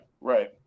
right